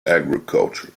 agriculture